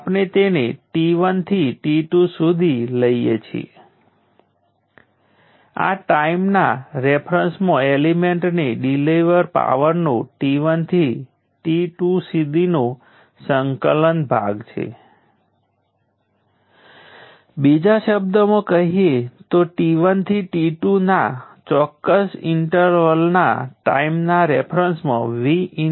આપણે તે સમયના ઈન્ટરવલમાં પાવરને સંકલન કરવો પડશે સંકલનની મર્યાદા એવી હોવી જોઈએ કે તે સમયના ઈન્ટરવલ સુધી ફેલાયેલી હોય